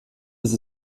ist